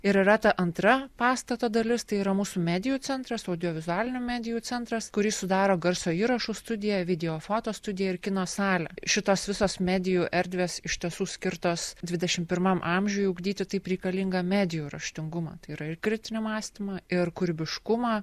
ir yra ta antra pastato dalis tai yra mūsų medijų centras audiovizualinių medijų centras kurį sudaro garso įrašų studija videofoto studija ir kino salė šitos visos medijų erdvės iš tiesų skirtos dvidešim pirmam amžiuj ugdyti taip reikalingą medijų raštingumą tai yra ir kritinį mąstymą ir kūrybiškumą